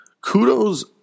Kudos